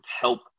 help